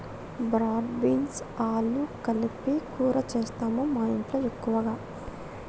broad beans ఆలు కలిపి కూర చేస్తాము మాఇంట్లో ఎక్కువగా